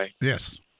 Yes